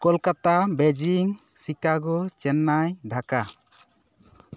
Kolkata Beijing Chicago Chennai Dhaka